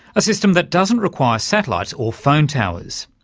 a system that doesn't require satellites or phone towers.